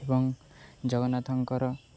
ଏବଂ ଜଗନ୍ନାଥଙ୍କର